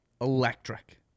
Electric